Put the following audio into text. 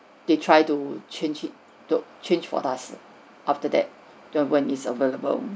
they tried to change it to change for us after that when when it's available